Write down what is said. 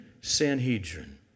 Sanhedrin